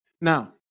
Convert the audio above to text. Now